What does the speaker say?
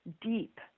deep